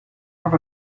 have